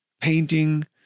painting